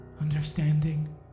understanding